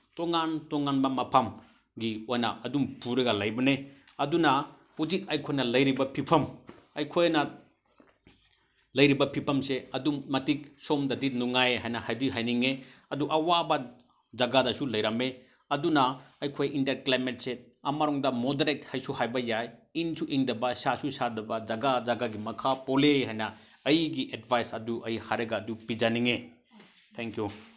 ꯇꯣꯉꯥꯟ ꯇꯣꯉꯥꯟꯕ ꯃꯐꯝꯒꯤ ꯑꯣꯏꯅ ꯑꯗꯨꯝ ꯄꯨꯔꯒ ꯂꯩꯕꯅꯦ ꯑꯗꯨꯅ ꯍꯧꯖꯤꯛ ꯑꯩꯈꯣꯏꯅ ꯂꯩꯔꯤꯕ ꯐꯤꯚꯝ ꯑꯩꯈꯣꯏꯅ ꯂꯩꯔꯤꯕ ꯐꯤꯚꯝꯁꯦ ꯑꯗꯨꯝ ꯃꯇꯤꯛ ꯁꯣꯝꯗꯗꯤ ꯅꯨꯡꯉꯥꯏ ꯍꯥꯏꯅ ꯍꯥꯏꯗꯤ ꯍꯥꯏꯅꯤꯡꯉꯦ ꯑꯗꯨ ꯑꯋꯥꯕ ꯖꯒꯥꯗꯁꯨ ꯂꯩꯔꯝꯃꯤ ꯑꯗꯨꯅ ꯑꯩꯈꯣꯏ ꯏꯟꯗꯤꯌꯥ ꯀ꯭ꯂꯥꯏꯃꯦꯠꯁꯦ ꯑꯃꯔꯣꯝꯗ ꯃꯣꯗꯔꯦꯠ ꯍꯥꯏꯁꯨ ꯍꯥꯏꯕ ꯌꯥꯏ ꯏꯪꯁꯨ ꯏꯪꯗꯕ ꯁꯥꯁꯨ ꯁꯥꯗꯕ ꯖꯒꯥ ꯖꯒꯥꯒꯤ ꯃꯈꯥ ꯄꯣꯜꯂꯦ ꯍꯥꯏꯅ ꯑꯩꯒꯤ ꯑꯦꯠꯚꯥꯏꯖ ꯑꯗꯨ ꯑꯩ ꯍꯥꯏꯔꯒ ꯑꯩ ꯄꯤꯖꯅꯤꯡꯉꯦ ꯊꯦꯡꯛ ꯌꯨ